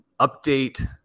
update